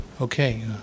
Okay